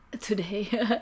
today